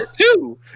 two